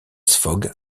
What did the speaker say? fogg